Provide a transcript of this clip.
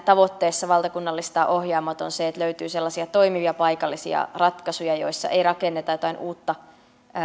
tavoitteessa valtakunnallistaa ohjaamot on se että löytyy sellaisia toimivia paikallisia ratkaisuja joissa ei rakenneta jotain uutta